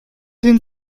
den